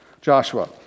Joshua